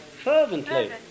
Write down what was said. fervently